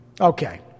Okay